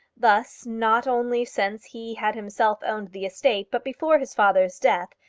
thus not only since he had himself owned the estate, but before his father's death,